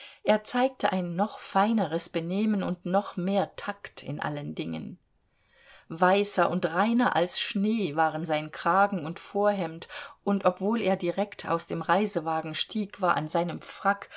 er zeigte ein noch feineres benehmen und noch mehr takt in allen dingen weißer und reiner als schnee waren sein kragen und vorhemd und obwohl er direkt aus dem reisewagen stieg war an seinem frack